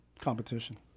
Competition